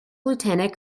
lieutenant